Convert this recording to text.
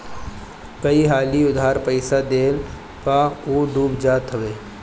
कई हाली उधार पईसा देहला पअ उ डूब जात हवे